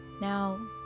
now